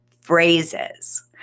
phrases